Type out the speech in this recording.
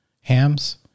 hams